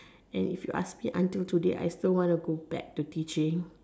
and if you ask me until today I still want to go back to teaching